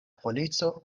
polico